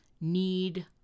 need